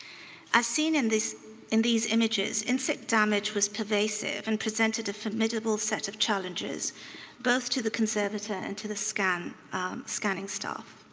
as seen in these in these images, insect damage was pervasive and presented a formidable set of challenges both to the conservator and to the scanning scanning staff.